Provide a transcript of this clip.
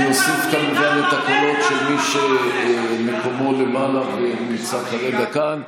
אני אוסיף כאן גם את הקולות של מי שמקומו למעלה ונמצא כרגע כאן.